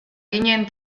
ginen